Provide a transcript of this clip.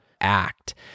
act